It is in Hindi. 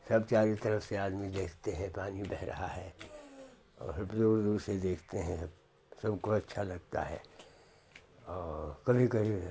सब चारों तरफ़ से आदमी देखते हैं पानी बह रहा है और सब दूर दूर से देखते हैं सब सबको अच्छा लगता है और कभी कभी